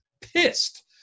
pissed